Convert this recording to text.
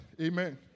Amen